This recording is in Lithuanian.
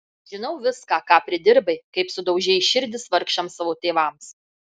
žinau viską ką pridirbai kaip sudaužei širdis vargšams savo tėvams